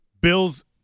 Bill's